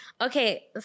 Okay